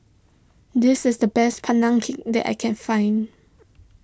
this is the best Pandan Cake that I can find